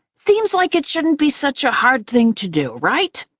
seems like it shouldn't be such a hard thing to do, right?